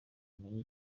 amenye